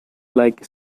like